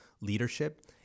leadership